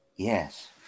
Yes